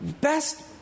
best